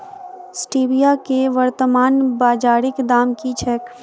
Stevia केँ वर्तमान बाजारीक दाम की छैक?